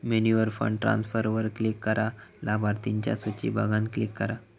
मेन्यूवर फंड ट्रांसफरवर क्लिक करा, लाभार्थिंच्या सुची बघान क्लिक करा